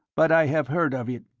but i have heard of it.